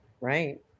Right